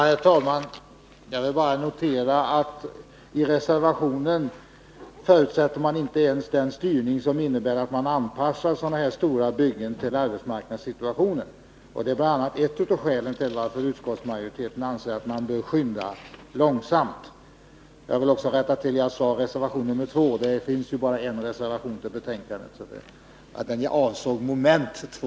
Herr talman! Jag vill notera att i reservationen förutsätter man inte ens den styrning som innebär att man anpassar sådana här stora byggen till arbetsmarknadssituationen. Det är ett av skälen till att utskottsmajoriteten anser att man bör skynda långsamt. Jag vill också rätta till mitt yrkande. Jag sade reservation 2, men det finns bara en reservation till betänkandet. Jag avsåg alltså reservationen under mom. 2.